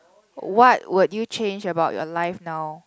what would you change about your life now